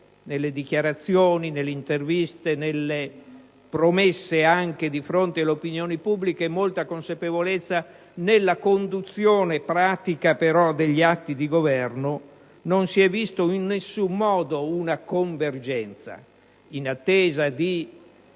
nelle dichiarazioni, nelle interviste e nelle promesse anche di fronte all'opinione pubblica. Nella conduzione pratica, però, degli atti di governo non si è visto in nessun modo una convergenza: in attesa di